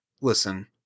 listen